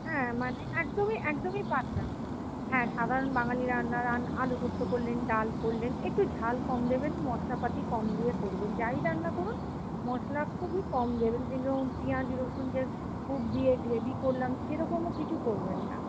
হ্যাঁ মানে একদমই একদমই পাতলা হ্যাঁ সাধারণ বাঙালি রান্না আলু পোস্ত করলেন ডাল করলেন একটু ঝাল কম দেবেন মশলাপাতি কম দিয়ে করবেন যাই রান্না করুন মশলা খুবই কম দেবেন এবং পিঁয়াজ রসুন যে খুব দিয়ে গ্রেভি করলাম সেরকমও কিছু করবেন না